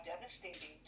devastating